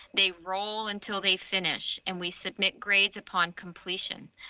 they roll until they finish. and we submit grades upon completion.